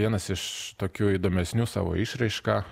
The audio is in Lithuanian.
vienas iš tokių įdomesnių savo išraiška